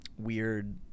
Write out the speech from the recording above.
weird